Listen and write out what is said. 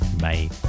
Bye